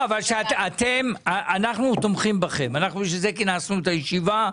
אנחנו תומכים בכם לכן כינסנו את הישיבה.